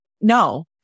No